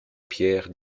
pierre